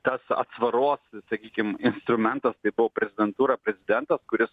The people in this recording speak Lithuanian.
tas atsvaros sakykim instrumentas tai buvo prezidentūra prezidentas kuris